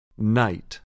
Night